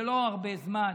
זה לא להרבה זמן,